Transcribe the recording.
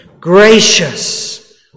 Gracious